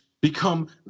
become